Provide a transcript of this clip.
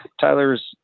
Tyler's